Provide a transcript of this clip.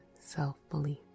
self-belief